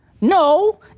No